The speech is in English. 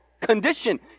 condition